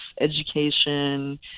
Education